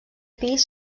pis